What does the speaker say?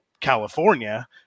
California